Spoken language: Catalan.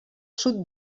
sud